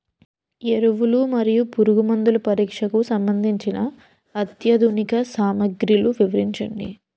ఎరువులు మరియు పురుగుమందుల పరీక్షకు సంబంధించి అత్యాధునిక సామగ్రిలు వివరించండి?